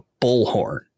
bullhorn